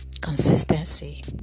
Consistency